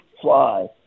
fly